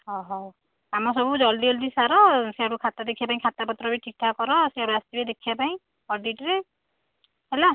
ହଁ ହଉ କାମ ସବୁ ଜଲ୍ଦି ଜଲ୍ଦି ସାର ସେଆଡ଼ୁ ଖାତା ଦେଖିବା ପାଇଁ ଖାତା ପତ୍ର ବି ଠିକ୍ଠାକ୍ କର ସେଆଡ଼ୁ ଆସିବେ ଦେଖିବା ପାଇଁ ଅଡ଼ିଟ୍ରେ ହେଲା